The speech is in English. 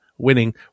winning